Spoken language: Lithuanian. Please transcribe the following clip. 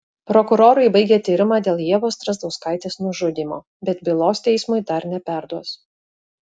prokurorai baigė tyrimą dėl ievos strazdauskaitės nužudymo bet bylos teismui dar neperduos